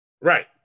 right